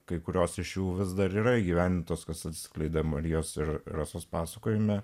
kai kurios iš jų vis dar yra įgyvendintos kas atskleidė marijos ir rasos pasakojime